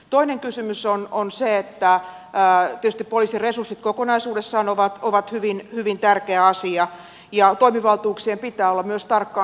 toinen kysymys on se että tietysti poliisin resurssit kokonaisuudessaan ovat hyvin tärkeä asia ja toimivaltuuksien pitää olla myös tarkkaan säädeltyjä